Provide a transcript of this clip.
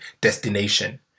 destination